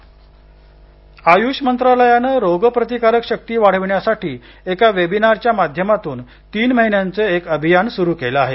webinar Ayush मंत्रालयानं रोगप्रतिकारक शक्ती वाढविण्यासाठी एका वेबिनारच्या माध्यमातून तीन महिन्यांचे एक अभियान सुरू केलं आहे